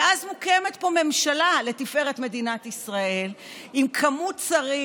ואז מוקמת פה ממשלה לתפארת מדינת ישראל עם כמות שרים